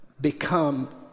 become